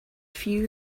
few